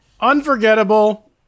unforgettable